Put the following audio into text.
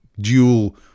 dual